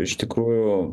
iš tikrųjų